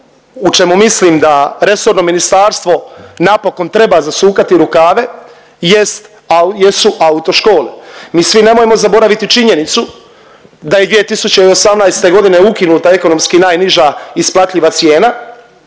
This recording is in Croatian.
u čemu mislim da resorno ministarstvo napokon treba zasukati rukave jest, jesu autoškole. Mi svi nemojmo zaboraviti činjenicu da je 2018.g. ukinuta ekonomski najniža isplatljiva cijena,